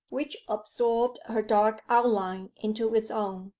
which absorbed her dark outline into its own.